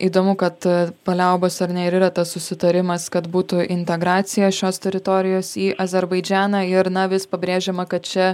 įdomu kad paliaubos ar ne ir yra tas susitarimas kad būtų integracija šios teritorijos į azerbaidžaną ir na vis pabrėžiama kad čia